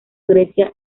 grecia